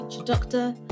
Doctor